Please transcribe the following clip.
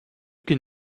can